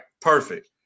perfect